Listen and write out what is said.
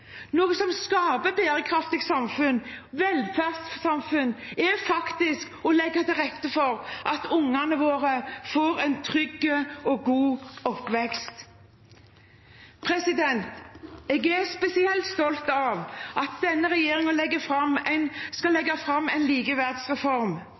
noe som skaper bærekraftige samfunn, velferdssamfunn, er å legge til rette for at ungene våre får en trygg og god oppvekst. Jeg er spesielt stolt av at denne regjeringen skal legge fram en